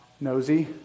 nosy